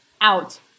Out